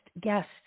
guest